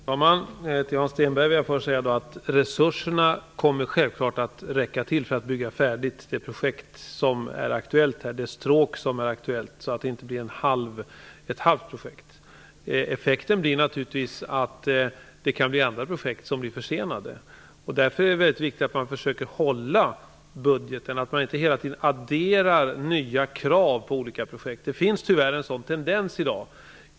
Fru talman! Till Hans Stenberg vill jag först säga att resurserna självfallet kommer att räcka till för att bygga färdigt det projekt, det stråk, som är aktuellt. Det blir inte ett halvt projekt. Effekten blir naturligtvis att andra projekt kan bli försenade. Därför är det viktigt att man försöker hålla budgeten, att man inte hela tiden adderar nya krav på olika projekt. Det finns tyvärr en sådan tendens i dag.